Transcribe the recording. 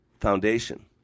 Foundation